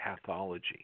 pathology